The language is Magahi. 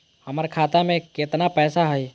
हमर खाता मे केतना पैसा हई?